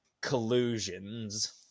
collusions